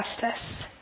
justice